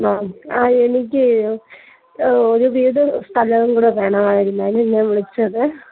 ആ ആ എനിക്ക് ഒരു വീട് സ്ഥലം കൂടെ വേണാമായിരുന്നു അതിന് നാ വിളിച്ചത്